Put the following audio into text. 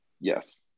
Yes